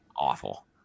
awful